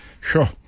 Sure